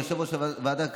יושב-ראש ועדת הכלכלה,